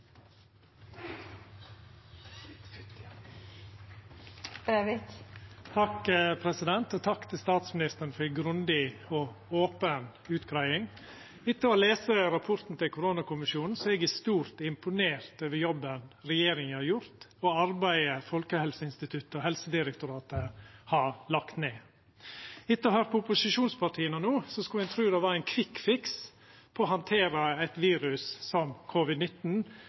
eg i stort imponert over jobben regjeringa har gjort, og arbeidet Folkehelseinstituttet og Helsedirektoratet har lagt ned. Etter å ha høyrt på opposisjonspartia no skulle ein tru det var ein kvikkfiks for å handtera eit virus som